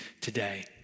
today